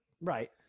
Right